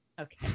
Okay